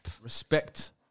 Respect